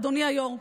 אדוני היו"ר,